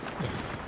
Yes